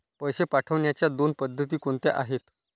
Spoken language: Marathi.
पैसे पाठवण्याच्या दोन पद्धती कोणत्या आहेत?